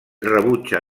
rebutja